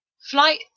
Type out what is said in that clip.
Flight